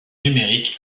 numériques